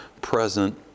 present